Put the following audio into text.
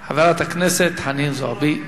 אחריו חברת הכנסת חנין זועבי,